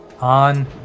on